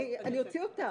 אני אוציא אותך.